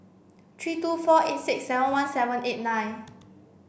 three two four eight six seven one seven eight nine